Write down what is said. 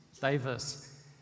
Davis